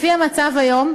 לפי המצב היום,